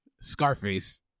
Scarface